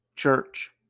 Church